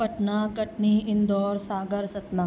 Patna Katni Indore Sagar Satna